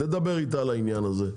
לדבר איתה על העניין הזה,